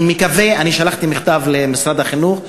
שלחתי מכתב למשרד החינוך,